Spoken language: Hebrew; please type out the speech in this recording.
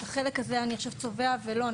את החלק הזה אני עכשיו צובע ולא,